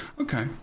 Okay